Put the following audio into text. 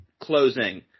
closing